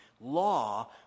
law